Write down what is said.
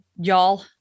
y'all